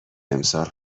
امسال